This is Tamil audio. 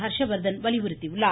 ஹர்ஷவர்த்தன் வலியுறுத்தியுள்ளார்